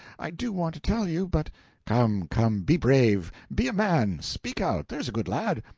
i do want to tell you, but come, come, be brave, be a man speak out, there's a good lad!